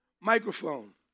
Microphone